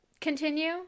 continue